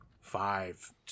five